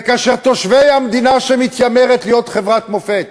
וכאשר תושבי המדינה שמתיימרת להיות חברת מופת,